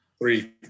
Three